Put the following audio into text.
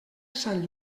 sant